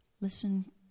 Listen